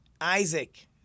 Isaac